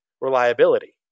reliability